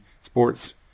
sports